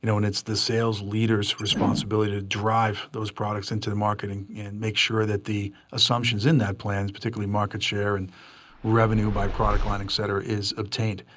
you know and it's the sales leader's responsibility to drive those products into the market, and make sure that the assumptions in that plan, particularly market share, and revenue by product line, etcetera, is obtained.